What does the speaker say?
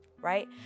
right